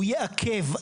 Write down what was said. הוא יעכב,